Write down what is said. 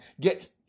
get